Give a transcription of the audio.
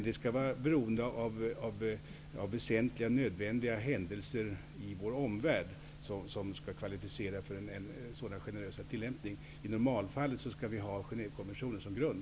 Det skall således vara väsentligt och nödvän digt beroende på händelser i vår omvärld för att det skall bli fråga om en generösare tillämpning. I normalfallet skall vi ha Genèvekonventionen som grund.